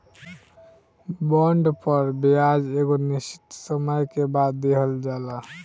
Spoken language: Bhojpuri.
बॉन्ड पर ब्याज एगो निश्चित समय के बाद दीहल जाला